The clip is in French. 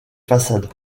façades